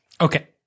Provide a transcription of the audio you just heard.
Okay